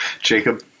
Jacob